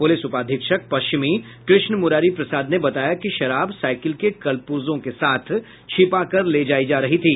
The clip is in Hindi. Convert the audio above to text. पुलिस उपाधीक्षक पश्चिमी कृष्ण मुरारी प्रसाद ने बताया कि शराब साईकिल के कल पुर्जो के साथ छिपाकर ले जायी जा रही थी